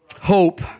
hope